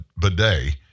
bidet